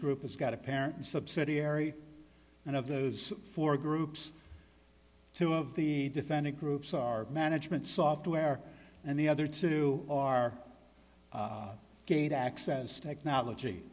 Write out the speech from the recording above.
group has got a parent subsidiary and of those four groups two of the defendant groups are management software and the other two are gate access technology